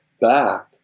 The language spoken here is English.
back